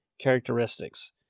characteristics